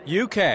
UK